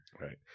Right